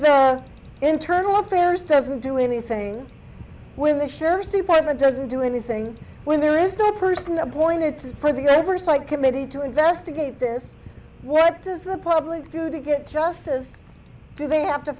their internal affairs doesn't do anything when the sheriff's department doesn't do anything when there is no person appointed to for the oversight committee to investigate this what does the public do to get justice do they have to